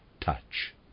touch